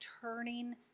turning